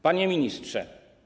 Panie Ministrze!